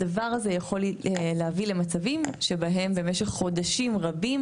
הדבר הזה יכול להביא למצבים שבהם במשך חודשים רבים,